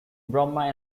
brahma